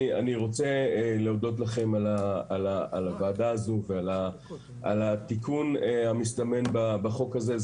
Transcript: אני רוצה להודות לכם על הדיון הזה ועל התיקון המסתמן בחוק הזה.